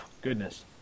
goodness